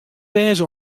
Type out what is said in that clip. wêze